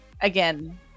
again